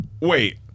Wait